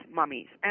mummies